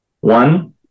One